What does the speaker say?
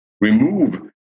remove